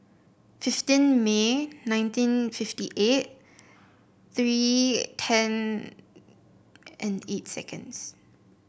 fifteen May nineteen fifty eight three ten and eight seconds